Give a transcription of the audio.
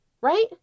right